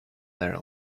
their